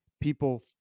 People